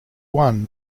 won